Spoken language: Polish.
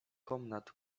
komnat